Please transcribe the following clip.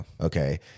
okay